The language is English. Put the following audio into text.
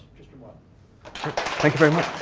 tristram wyatt thank you very much.